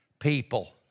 people